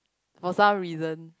for some reason